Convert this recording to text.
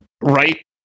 Right